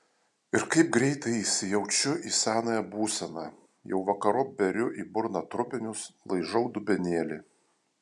ir kaip greitai įsijaučiu į senąją būseną jau vakarop beriu į burną trupinius laižau dubenėlį